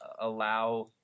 allow